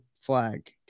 flag